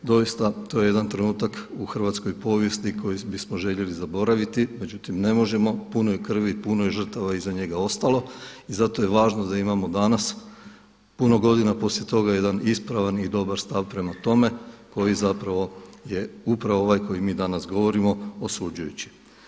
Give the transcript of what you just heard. Doista to je jedan trenutak u hrvatskoj povijesti koji bismo željeli zaboraviti, međutim ne možemo, puno je krvi, puno je žrtava iza njega ostalo i zato je važno da imamo danas puno godina poslije toga jedan ispravan i dobar stav prema tome koji zapravo je upravo ovaj koji mi danas govorimo osuđujući.